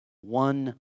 one